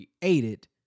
created